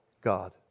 God